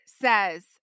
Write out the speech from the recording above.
says